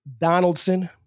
Donaldson